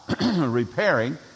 repairing